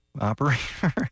operator